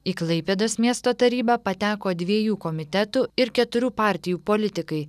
į klaipėdos miesto tarybą pateko dviejų komitetų ir keturių partijų politikai